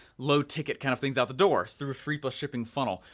low ticket kind of things out the door, through a free plus shipping funnel.